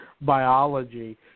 biology